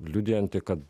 liudijantį kad